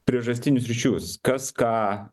priežastinius ryšius kas ką